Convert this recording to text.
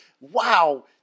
wow